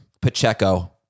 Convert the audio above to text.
Pacheco